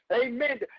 Amen